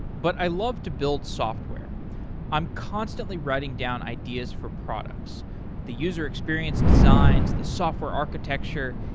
but i love to build software i'm constantly writing down ideas for products the user experience designs, the software architecture,